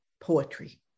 poetry